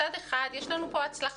מצד אחד, יש לנו פה הצלחה.